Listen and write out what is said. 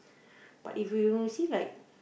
but if you see like